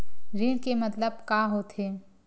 ऋण के मतलब का होथे?